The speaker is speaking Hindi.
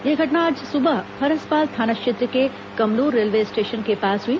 यह घटना आज सुबह फरसपाल थाना क्षेत्र के कमलूर रेलवे स्टेशन के पास हुई